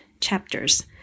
chapters